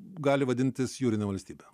gali vadintis jūrine valstybe